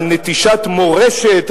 על נטישת מורשת,